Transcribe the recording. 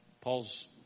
Paul's